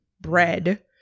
bread